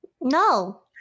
No